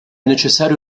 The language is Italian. necessario